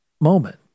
moment